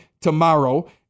tomorrow